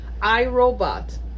iRobot